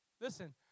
listen